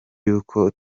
y’uko